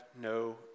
no